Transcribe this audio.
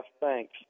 Thanks